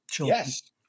Yes